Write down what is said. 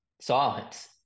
silence